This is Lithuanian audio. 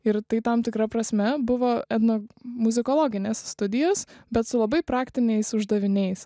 ir tai tam tikra prasme buvo etno muzikologinės studijos bet su labai praktiniais uždaviniais